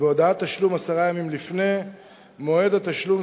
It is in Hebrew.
והודעת תשלום עשרה ימים לפני מועד התשלום,